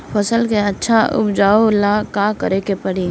फसल के अच्छा उपजाव ला का करे के परी?